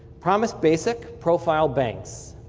promis basic profile bank.